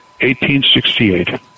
1868